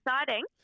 exciting